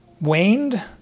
waned